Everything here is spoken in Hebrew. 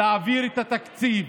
להעביר את התקציב.